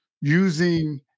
using